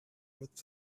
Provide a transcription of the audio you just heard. with